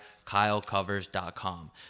kylecovers.com